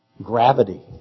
Gravity